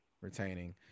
retaining